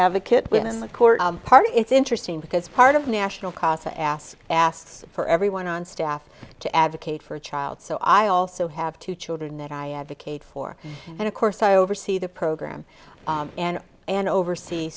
advocate when in the court part it's interesting because part of national casa asked asked for everyone on staff to advocate for a child so i also have two children that i advocate for and of course i oversee the program and and oversee